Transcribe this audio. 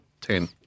Ten